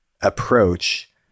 approach